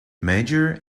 major